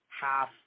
half